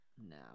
No